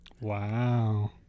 Wow